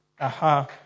Aha